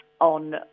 on